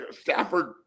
Stafford